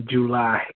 July